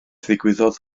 ddigwyddodd